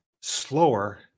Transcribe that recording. slower